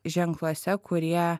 ženkluose kurie